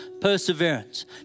perseverance